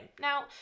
Now